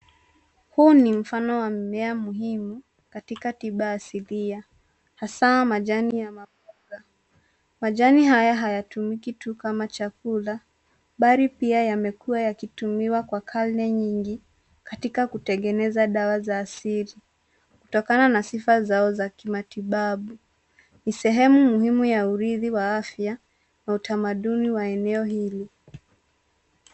Huu ni mfano wa mmea muhimu katika tiba asilia hasa majani ya mamboga. Majani haya hayatumiki tu kama chakula bali pia yamekuwa yakitumiwa kwa karne nyingi katika kutengeneza dawa za asili kutokana na sifa zao za kimatibabu. Ni sehemu muhimu ya urithi wa afya na utamaduni wa eneo hili.